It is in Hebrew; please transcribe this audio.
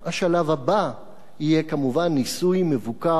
השלב הבא יהיה כמובן ניסוי מבוקר,